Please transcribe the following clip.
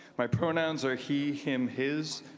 my pronouns are he him his.